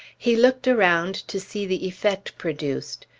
he looked around to see the effect produced.